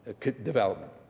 development